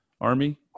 Army